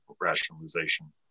rationalization